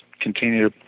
continue